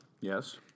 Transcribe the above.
yes